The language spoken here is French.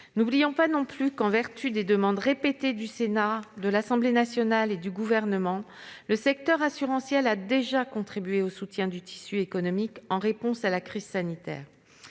N'oublions pas non plus que, à la suite des demandes répétées du Sénat, de l'Assemblée nationale et du Gouvernement, le secteur assurantiel a déjà contribué au soutien du tissu économique en réponse à la crise sanitaire.